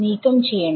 നീക്കം ചെയ്യണം